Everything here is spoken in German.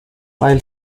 weil